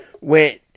went